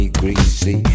greasy